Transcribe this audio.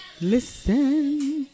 Listen